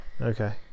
Okay